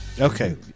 Okay